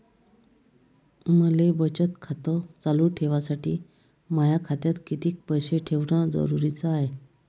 मले बचत खातं चालू ठेवासाठी माया खात्यात कितीक पैसे ठेवण जरुरीच हाय?